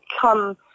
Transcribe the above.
come